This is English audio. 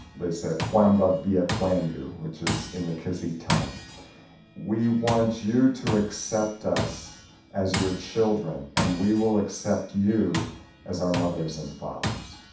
they said poimboi but veeyah koindu which is in the kissi tongue we want you to accept us as your children and we will accept you as our mothers and fathers.